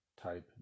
type